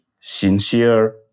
sincere